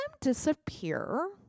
disappear